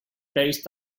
based